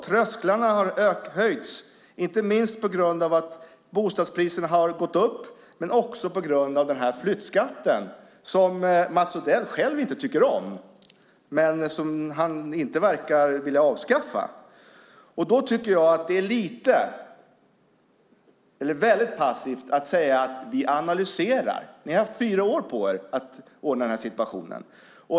Trösklarna har höjts, inte minst på grund av att bostadspriserna har gått upp, men också på grund av flyttskatten, som Mats Odell själv inte tycker om, men som han inte verkar vilja avskaffa. Då tycker jag att det är väldigt passivt att bara säga att man analyserar förslag. Ni har haft fyra år på er att ordna den här situationen.